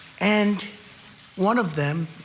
and one of them,